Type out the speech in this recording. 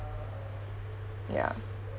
ya